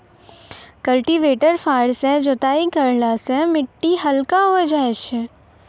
cultivator फार सँ जोताई करला सें मिट्टी हल्का होय जाय छै